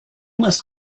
must